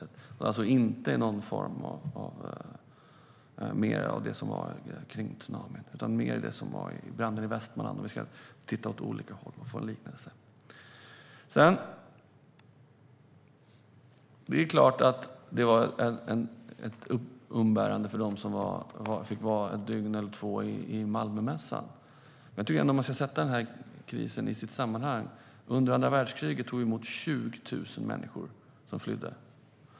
Det kommer alltså inte att ha samma form som arbetet efter tsunamin, utan mer likna det som gjordes i samband med branden i Västmanland. Vi ska titta åt olika håll och jämföra. Det är klart att det var ett umbärande för dem som fick vara ett dygn eller två på Malmömässan. Men jag tycker ändå att man ska sätta in den här krisen i dess sammanhang. Under andra världskriget tog vi emot 20 000 människor som flydde.